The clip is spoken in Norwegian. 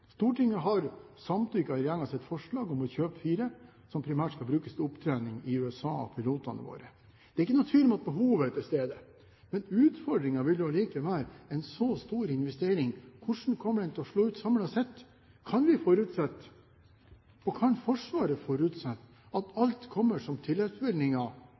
Stortinget har samtykket i regjeringens forslag om å kjøpe fire, som primært skal brukes til opptrening i USA av pilotene våre. Det er ikke noen tvil om at behovet er til stede. Utfordringen vil allikevel være: En så stor investering, hvordan kommer den til å slå ut samlet sett? Kan vi forutsette, og kan Forsvaret forutsette, at alt kommer som